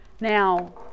Now